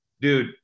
dude